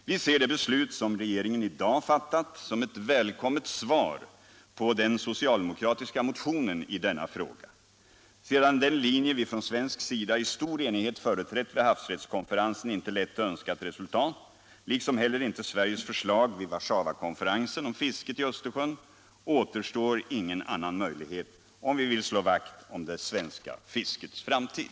Vi ser det beslut som regeringen i dag fattat som ett välkommet svar på den socialdemokratiska motionen i denna fråga. Sedan den linje vi från svensk sida i stor enighet företrätt vid havsrättskonferensen inte lett till önskat resultat, liksom inte heller Sveriges förslag vid Warszawakonferensen om fisket i Östersjön, återstår ingen annan möjlighet, om vi vill slå vakt kring det svenska fiskets framtid.